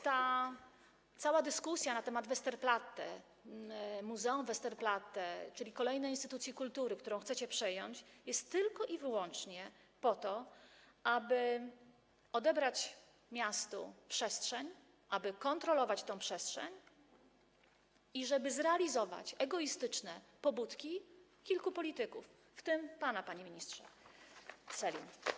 Ta cała dyskusja na temat Westerplatte, muzeum Westerplatte, czyli kolejnej instytucji kultury, którą chcecie przejąć, jest tylko i wyłącznie po to, aby odebrać miastu przestrzeń, aby kontrolować tę przestrzeń i żeby zrealizować egoistyczne pobudki kilku polityków, w tym pana, panie ministrze Sellin.